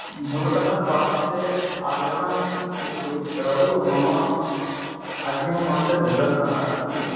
भवतः पादस्य आगतम् इत्युक्तौ मम अग्रिममासे विवाहः अस्ति